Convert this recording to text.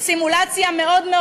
מטפלים ומטפלות להורים הקשישים,